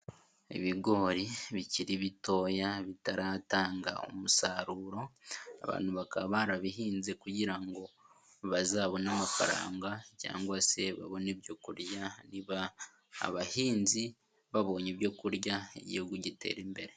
Ibigori bikiri bitoya bitaratanga umusaruro, abantu bakaba barabihinze kugira ngo bazabone amafaranga cyangwa se babone ibyo kurya, niba abahinzi babonye ibyo kurya igihugu gitera imbere.